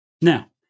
Now